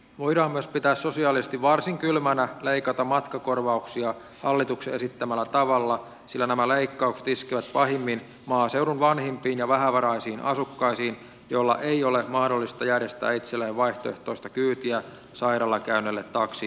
voidaan myös pitää sosiaalisesti varsin kylmänä että matkakorvauksia leikataan hallituksen esittämällä tavalla sillä nämä leikkaukset iskevät pahimmin maaseudun vanhimpiin ja vähävaraisiin asukkaisiin joilla ei ole mahdollisuutta järjestää itselleen vaihtoehtoista kyytiä sairaalakäynneille taksin ohella